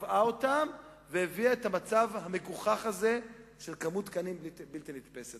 קבעה אותם והביאה את המצב המגוחך הזה של כמות תקנים בלתי נתפסת.